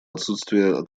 отсутствие